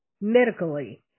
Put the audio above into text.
medically